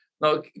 Now